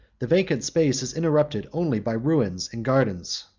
the vacant space is interrupted only by ruins and gardens.